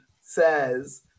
says